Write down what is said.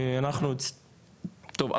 טוב,